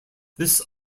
this